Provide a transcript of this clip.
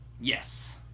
Yes